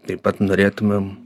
taip pat norėtumėm